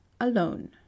ALONE